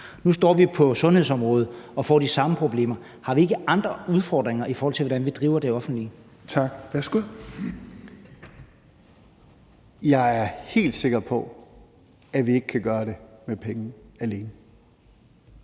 nu står vi på sundhedsområdet og får de samme problemer. Har vi ikke andre udfordringer, i forhold til hvordan vi driver det offentlige? Kl. 17:17 Fjerde næstformand (Rasmus Helveg Petersen):